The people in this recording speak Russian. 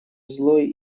злой